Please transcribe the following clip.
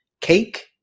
cake